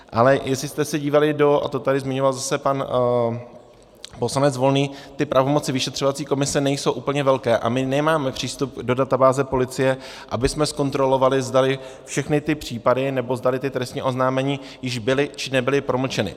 Ale jestli jste se dívali do, a to tady zmiňoval zase pan poslanec Volný, ty pravomoci vyšetřovací komise nejsou úplně velké a my nemáme přístup do databáze policie, abychom zkontrolovali, zdali všechny ty případy nebo zdali trestní oznámení již byly či nebyly promlčeny.